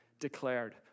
declared